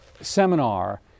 seminar